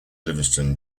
livingston